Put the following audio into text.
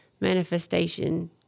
manifestation